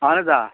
اَہَن حظ آ